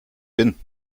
bin